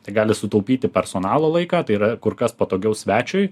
tai gali sutaupyti personalo laiką tai yra kur kas patogiau svečiui